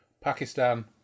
Pakistan